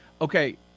Okay